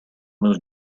move